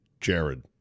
jared